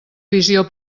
visió